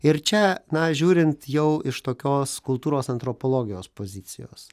ir čia na žiūrint jau iš tokios kultūros antropologijos pozicijos